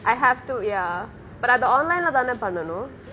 I have to ya but அது:athu online லே தானே பண்ணனும்:le thaane pannanum